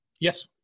Yes